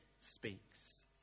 speaks